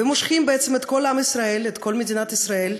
ומושכים בעצם את כל עם ישראל, את כל מדינת ישראל,